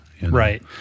Right